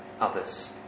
others